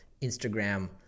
instagram